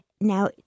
Now